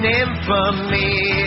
infamy